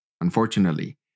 unfortunately